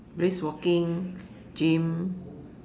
brisk walking gym